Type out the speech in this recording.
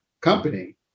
company